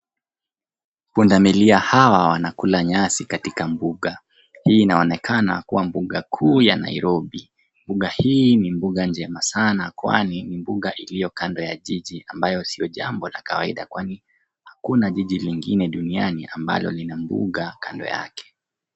Punda milia hawa wanakula nyasi katika mbuga, hii inaonekana kuwa mbuga kuu ya Nairobi. Mbuga hii ni mbuga njema sana kwani ni mbuga iliyo kando ya jiji ambayo sio jambo la kawaida kwani hakuna jiji lingine duniani ambalo lina mbuga kando yake.